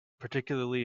particularly